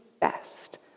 best